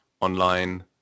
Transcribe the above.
online